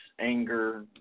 anger